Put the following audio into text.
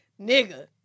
Nigga